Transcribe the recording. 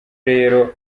rero